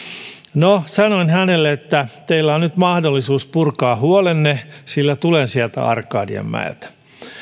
sanoin hänelle että teillä on nyt mahdollisuus purkaa huolenne sillä tulen sieltä arkadianmäeltä